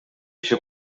иши